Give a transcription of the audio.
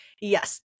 yes